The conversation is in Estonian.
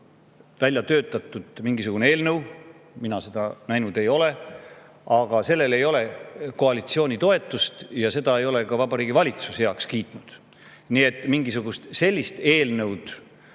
välja töötatud mingisugune eelnõu – mina seda näinud ei ole –, aga sellel ei ole koalitsiooni toetust ja seda ei ole ka Vabariigi Valitsus heaks kiitnud. Nii et mingisugust sellist eelnõu,